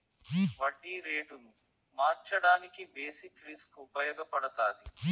వడ్డీ రేటును మార్చడానికి బేసిక్ రిస్క్ ఉపయగపడతాది